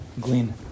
glean